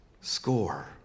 score